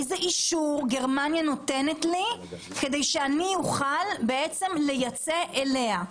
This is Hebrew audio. איזה אישור גרמניה נותנת לי כדי שאני אוכל לייצא אליה.